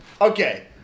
Okay